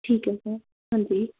ਠੀਕ ਹੈ ਸਰ ਹਾਂਜੀ